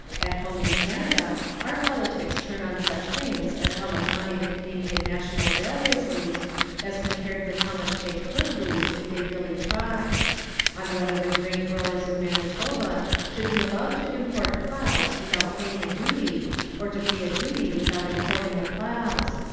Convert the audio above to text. at home in canada our politics turn on such things as how much money the canadian national railways lose as compared with how much they could lose if they really tried on whether the grain growers of manitoba should be allowed to import ploughs without paying a duty or to pay a duty without importing the ploughs.